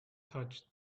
touched